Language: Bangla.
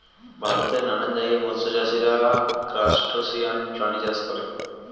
ভারতের নানান জায়গায় মৎস্য চাষীরা ক্রাসটেসিয়ান প্রাণী চাষ করে